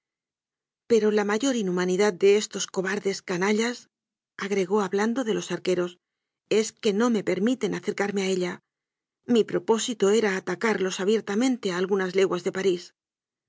pero la mayor inhumanidad de estos cobar des canallasagregó hablando de los arquéeos es que no me permiten acercarme a ella mi pro pósito era atacarlos abiertamente a algunas leguas de parís